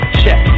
check